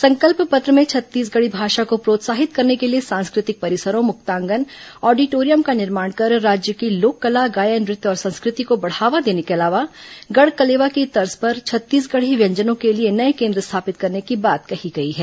संकल्प पत्र में छत्तीसगढ़ी भाषा को प्रोत्साहित करने के लिए सांस्कृतिक परिसरों मुक्तांगन ऑडिटोरियम का निर्माण कर राज्य की लोक कला गायन नृत्य और संस्कृति को बढ़ावा देने के अलावा गढ़कलेवा की तर्ज पर छत्तीसगढ़ी व्यंजनों के लिए नए केन्द्र स्थापित करने की बात कहीं गई है